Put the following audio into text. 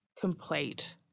complete